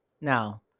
Now